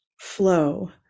Flow